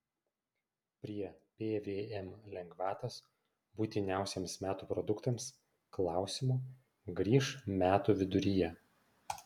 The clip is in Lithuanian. prie pvm lengvatos būtiniausiems metų produktams klausimo grįš metų viduryje